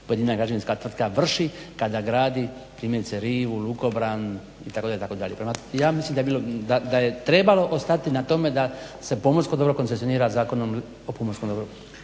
vrši kada gradi primjerice rivu, lukobran itd., itd. Prema tome, ja mislim da je trebalo ostati na tome da se pomorsko dobro koncesionira Zakonom o pomorskom dobru.